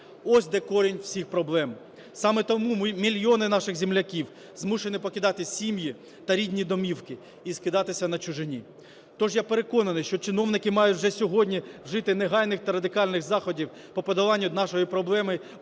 ось де корінь всіх проблем. Саме тому мільйони наших земляків змушені покидати сім'ї та рідні домівки і скитатися на чужині. Тож, я переконаний, що чиновники мають вже сьогодні вжити негайних та радикальних заходів по подоланню даної проблеми